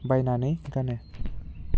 बायनानै गानो